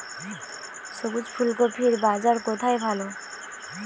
সবুজ ফুলকপির বাজার কোথায় ভালো?